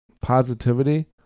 positivity